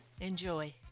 enjoy